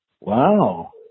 Wow